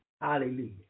Hallelujah